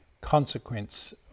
consequence